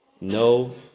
no